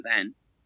event